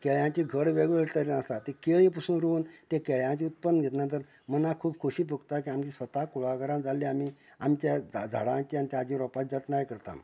केळ्यांचे घड वेगवेगळ्यां तरेन आसात ती केळीं पसून रोवन तें केळ्यांचे उत्पन्न घेतना तर मनांक खूब खोशी भोगता की आमच्या स्वता कुळागरांत जाल्ली आमी आमच्या झाडांचे ताचे रोपाचे जतनाय करता